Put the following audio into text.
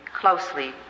closely